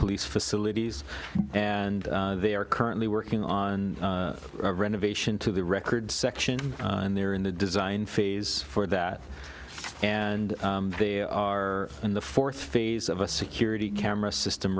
police facilities and they are currently working on renovation to the record section and they're in the design phase for that and they are in the fourth phase of a security camera system